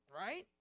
Right